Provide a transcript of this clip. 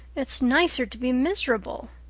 it's nicer to be miserable!